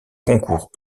concours